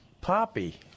poppy